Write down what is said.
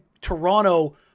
Toronto